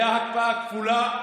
הייתה הקפאה כפולה,